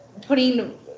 putting